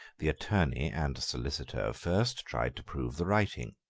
the attorney and solicitor first tried to prove the writing.